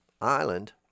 island